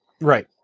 Right